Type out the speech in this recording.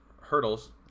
hurdles